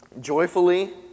joyfully